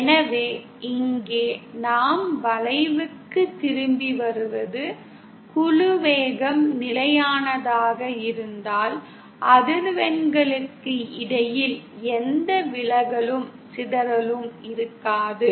எனவே இங்கே நாம் வளைவுக்கு திரும்பி வருவது குழு வேகம் நிலையானதாக இருந்தால் அதிர்வெண்களுக்கு இடையில் எந்த விலகலும் சிதறலும் இருக்காது